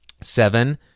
Seven